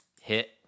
hit